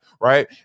right